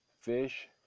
fish